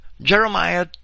Jeremiah